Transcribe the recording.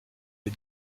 les